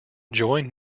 join